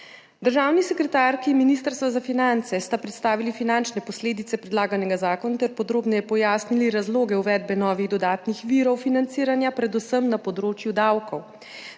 Državni sekretarki Ministrstva za finance sta predstavili finančne posledice predlaganega zakona ter podrobneje pojasnili razloge uvedbe novih dodatnih virov financiranja, predvsem na področju davkov.